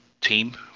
team